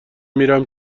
میرم